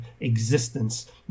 existence